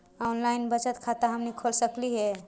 Online बचत खाता हमनी खोल सकली हे?